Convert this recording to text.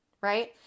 right